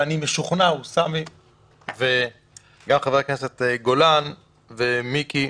ואני משוכנע אוסאמה וחבר הכנסת גולן ומיקי,